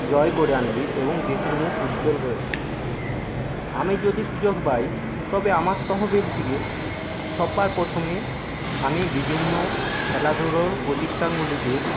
জয় করে আনবে এবং দেশের মুখ উজ্জ্বল করে থাকবে আমি যদি সুযোগ পাই তবে আমার তহবিল থেকে সব্বার প্রথমে আমি বিভিন্ন খেলাধুলোর প্রতিষ্ঠানগুলিকে